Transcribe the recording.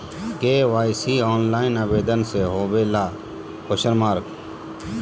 KYC online आवेदन से होवे ला?